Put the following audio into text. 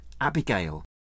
Abigail